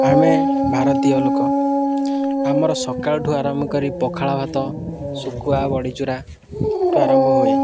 ଆମେ ଭାରତୀୟ ଲୋକ ଆମର ସକାଳୁଠୁ ଆରମ୍ଭ କରି ପଖାଳ ଭାତ ଶୁକୁୁଆ ବଢ଼ିଚୁରା ଠୁ ଆରମ୍ଭ ହୁଏ